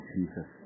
Jesus